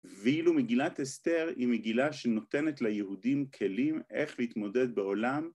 ואילו מגילת אסתר היא מגילה שנותנת ליהודים כלים איך להתמודד בעולם